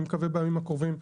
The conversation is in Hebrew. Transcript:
אני מקווה בימים הקרובים.